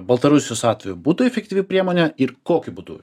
baltarusijos atveju būtų efektyvi priemonė ir kokiu būdu